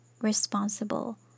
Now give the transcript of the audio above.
responsible